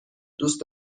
دوست